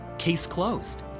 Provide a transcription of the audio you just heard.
case closed.